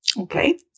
Okay